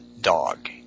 dog